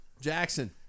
Jackson